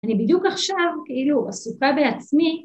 ‫אני בדיוק עכשיו כאילו אסופה בעצמי.